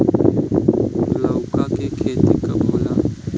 लौका के खेती कब होला?